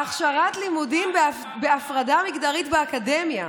הכשרת לימודים בהפרדה מגדרית באקדמיה: